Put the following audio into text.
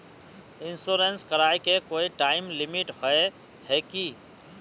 Insurance कराए के कोई टाइम लिमिट होय है की?